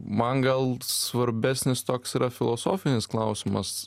man gal svarbesnis toks yra filosofinis klausimas